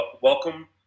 welcome